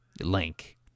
Link